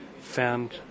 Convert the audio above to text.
found